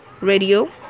Radio